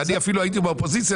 ואני אפילו הייתי באופוזיציה,